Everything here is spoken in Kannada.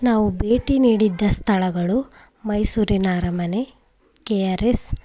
ನಾವು ಭೇಟಿ ನೀಡಿದ್ದ ಸ್ಥಳಗಳು ಮೈಸೂರಿನ ಅರಮನೆ ಕೆ ಆರ್ ಎಸ್